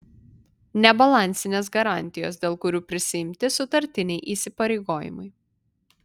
nebalansinės garantijos dėl kurių prisiimti sutartiniai įsipareigojimai